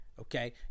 okay